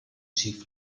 schief